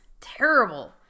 terrible